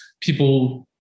people